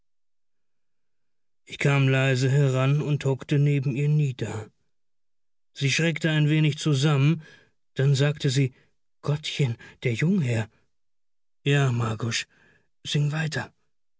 ich kam leise heran und hockte neben ihr nieder sie schreckte ein wenig zusammen dann sagte sie gottchen der jungherr ja margusch sing weiter